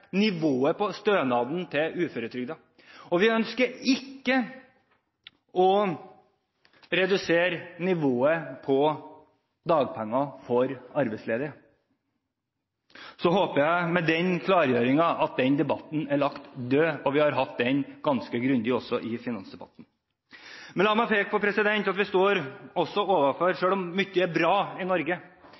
nivået på stønaden til uføretrygdede, og vi ønsker ikke å redusere nivået på dagpenger for arbeidsledige. Jeg håper at den debatten er lagt død med den klargjøringen. Vi har også tatt den ganske grundig i finansdebatten. Selv om mye er bra og mye går godt i Norge, står vi overfor